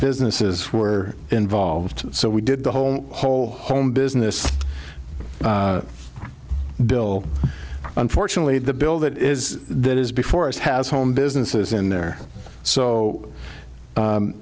businesses were involved so we did the whole whole home business bill unfortunately the bill that is that is before us has home businesses in there so